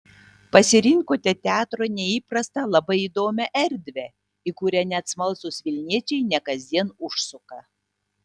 pasirinkote teatrui neįprastą labai įdomią erdvę į kurią net smalsūs vilniečiai ne kasdien užsuka